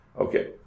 Okay